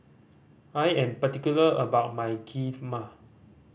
I am particular about my Kheema